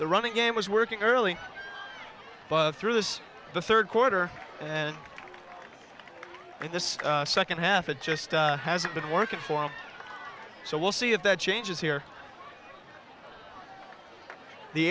the running game was working early through this the third quarter and the second half it just hasn't been working for him so we'll see if that changes here the